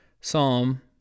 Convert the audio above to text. Psalm